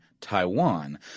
Taiwan